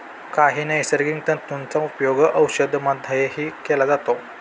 काही नैसर्गिक तंतूंचा उपयोग औषधांमध्येही केला जातो